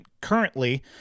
currently